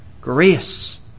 Grace